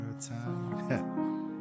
time